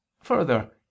further